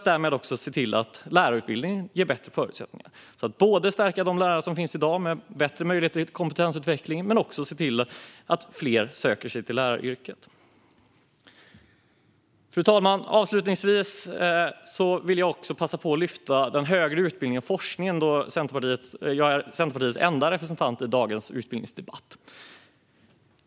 Det handlar om att lärarutbildningen ska ge bättre förutsättningar. Vi stärker alltså de lärare som finns i dag, med bättre möjligheter till kompetensutveckling, men ser också till att fler söker sig till läraryrket. Fru talman! Avslutningsvis vill jag passa på att lyfta den högre utbildningen och forskningen, då jag är Centerpartiets enda representant i dagens utbildningsdebatt.